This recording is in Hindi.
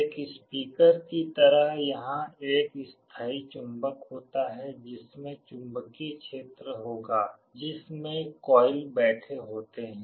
एक स्पीकर की तरह यहाँ एक स्थायी चुंबक होता है जिसमें चुंबकीय क्षेत्र होगा जिस में कोईल बैठे होते हैं